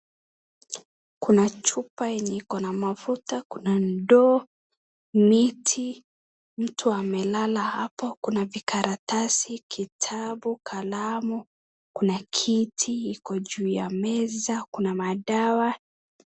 Kuna chupa yenye ikona mafuta, kuna ndoo, miti, mtu amelala hapo, kuna vikaratasi, kitabu, kalamu, kuna kiti iko juu ya meza, kuna madawa.